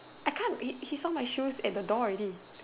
I can't he saw my shoes at the door already